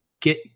get